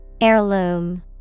Heirloom